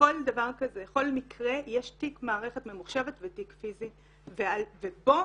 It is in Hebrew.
בכל מקרה יש תיק מערכת ממוחשבת ותיק פיזי ובו